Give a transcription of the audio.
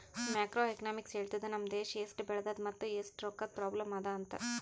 macro economics ಹೇಳ್ತುದ್ ನಮ್ ದೇಶಾ ಎಸ್ಟ್ ಬೆಳದದ ಮತ್ ಎಸ್ಟ್ ರೊಕ್ಕಾದು ಪ್ರಾಬ್ಲಂ ಅದಾ ಅಂತ್